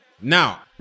Now